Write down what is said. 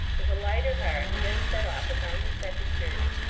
with a lighter heart he then set off upon his second journey,